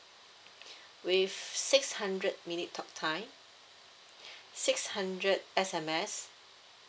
with six hundred minute talk time six hundred S_M_S